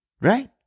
Right